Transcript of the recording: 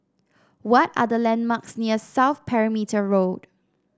what are the landmarks near South Perimeter Road